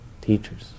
teachers